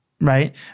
Right